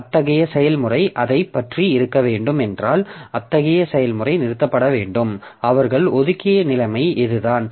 அத்தகைய செயல்முறை அதைப் பற்றி இருக்க வேண்டும் என்றால் அத்தகைய செயல்முறை நிறுத்தப்பட வேண்டும் அவர்கள் ஒதுக்கிய நிலைமை இதுதான்